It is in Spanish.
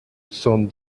son